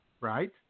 right